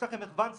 יש לכם מחוון סודי.